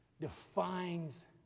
defines